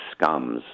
scums